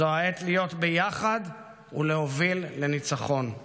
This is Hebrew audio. זו העת להיות ביחד ולהוביל לניצחון";